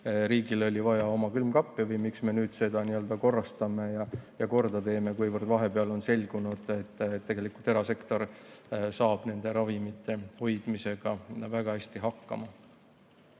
riigil oli vaja oma külmkappe või miks me nüüd seda n-ö korrastame ja korda teeme, kuivõrd vahepeal on selgunud, et tegelikult erasektor saab nende ravimite hoidmisega väga hästi hakkama.